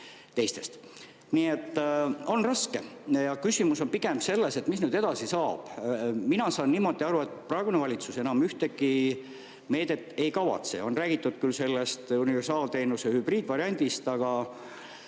Nii et on raske. Küsimus on pigem selles, mis nüüd edasi saab. Mina saan niimoodi aru, et praegune valitsus enam ühtegi meedet ei kavatse. On räägitud küll sellest universaalteenuse hübriidvariandist, aga